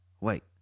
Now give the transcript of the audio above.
Wait